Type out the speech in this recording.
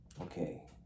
Okay